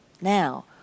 now